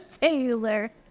Taylor